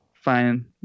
Fine